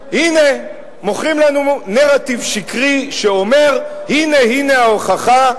מוכרים לנו נרטיב שקרי שאומר: הנה הנה ההוכחה,